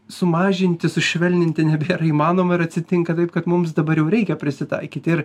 sumažinti sušvelninti nebėra įmanoma ir atsitinka taip kad mums dabar jau reikia prisitaikyti ir